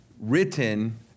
written